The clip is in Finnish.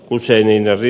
husseinin vävy